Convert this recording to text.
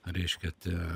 reiškia tie